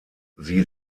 sie